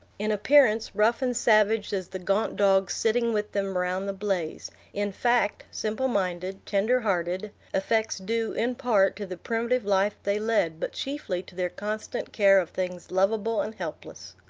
in appearance, rough and savage as the gaunt dogs sitting with them around the blaze in fact, simple-minded, tender-hearted effects due, in part, to the primitive life they led, but chiefly to their constant care of things lovable and helpless.